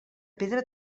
pedra